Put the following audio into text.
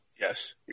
Yes